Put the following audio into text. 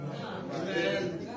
amen